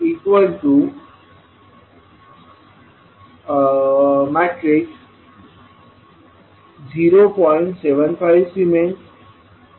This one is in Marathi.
75S 0